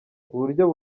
uburyo